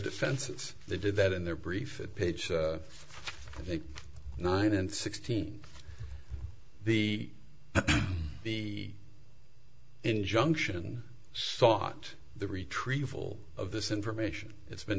defenses they did that in their brief page nine and sixteen the the injunction sought the retrieval of this information it's been